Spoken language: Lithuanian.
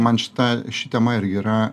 man šita ši tema irgi yra